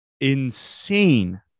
Insane